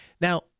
Now